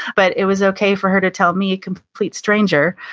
but it was okay for her to tell me a complete stranger,